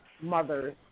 mothers